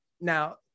Now